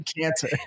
cancer